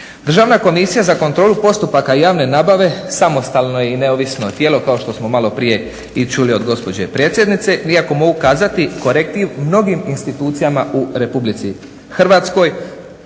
Državna komisija za kontrolu postupaka javne nabave samostalno je i neovisno tijelo, kao što smo maloprije i čuli od gospođe predsjednice, iako mogu kazati… /govornik se ne razumije/ … mnogim institucijama u Republici Hrvatskoj.